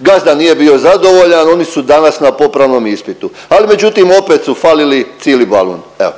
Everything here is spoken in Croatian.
gazda nije bio zadovoljan, oni su danas na popravnom ispitu, al međutim opet su falili cili balun, evo.